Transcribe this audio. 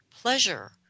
Pleasure